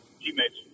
teammates